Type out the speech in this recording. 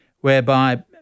whereby